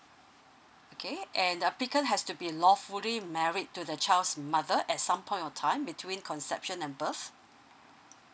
okay and the applicant has to be lawfully married to the child's mother at some point of time between conception and birth